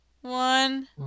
one